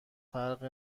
فرق